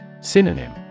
Synonym